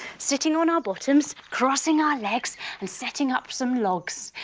sitting on our bottoms, crossing our legs and setting up some logs.